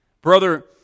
Brother